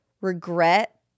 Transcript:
regret